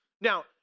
Now